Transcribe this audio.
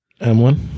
M1